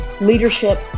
leadership